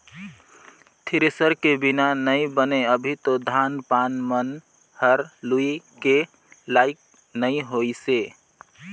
thresher के बिना नइ बने अभी तो धान पान मन हर लुए के लाइक नइ होइसे